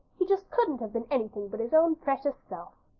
he just couldn't have been anything but his own precious self.